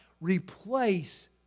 replace